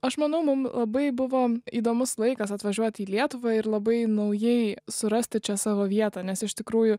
aš manau mum labai buvo įdomus laikas atvažiuoti į lietuvą ir labai naujai surasti čia savo vietą nes iš tikrųjų